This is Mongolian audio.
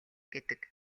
гэдэг